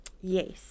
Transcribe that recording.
Yes